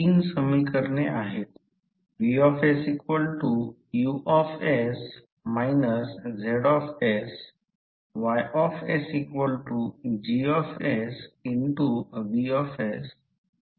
तर प्रत्यक्षात जर त्याकडे लक्ष दिले तर फ्लक्सची डेन्सिटी एकसमान नसते कोपरामध्ये तो काही वेगळा मार्ग घेईल थेट त्यापासून त्याकडे जात नाही तो काही वेगळा मार्ग घेत आहे